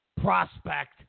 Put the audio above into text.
prospect